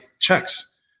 checks